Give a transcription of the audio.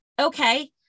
Okay